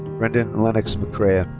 brendan lenox mccrea. ah